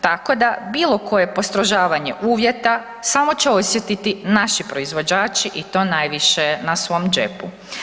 Tako da bilo koje postrožavanje uvjeta samo će osjetiti naši proizvođači i to najviše na svom džepu.